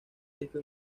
disco